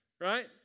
Right